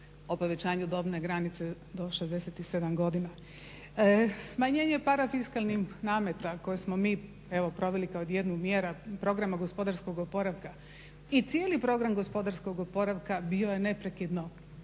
o povećanju dobne granice do 67 godina. Smanjenje parafiskalnih nameta koje smo mi evo proveli kao jednu od mjera programa gospodarskog oporavka i cijeli program gospodarskog oporavka bio je neprekidno